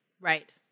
Right